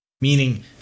meaning